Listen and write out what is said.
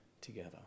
together